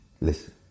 Listen